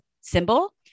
symbol